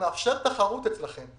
מאפשר תחרות אצלכם.